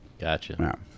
gotcha